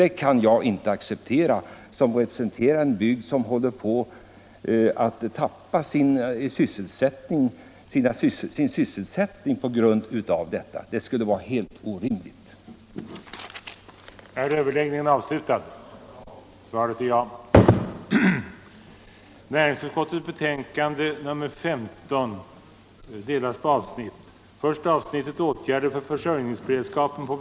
Det kan jag inte acceptera som representant från en bygd som håller på att tappa sin sysselsättning på grund av just sådan import; det skulle vara helt orimligt. den det ej vill röstar nej. den det ej vill röstar nej. den det ej vill röstar nej.